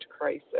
crisis